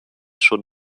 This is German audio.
schon